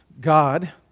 God